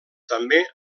també